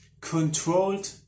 controlled